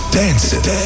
dancing